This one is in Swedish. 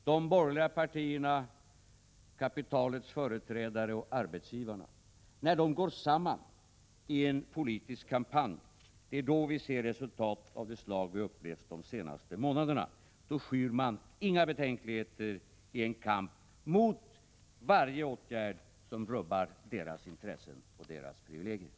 När de borgerliga partierna, kapitalets företrädare och arbetsgivarna går samman i en politisk kampanj, då ser vi resultat av det slag vi har upplevt de senaste månaderna. Då skyr de inga betänkligheter i kampen mot varje åtgärd som rubbar deras intressen och deras privilegier.